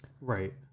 Right